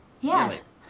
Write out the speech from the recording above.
Yes